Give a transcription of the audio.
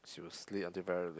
she will sleep until very late